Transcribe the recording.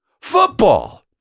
Football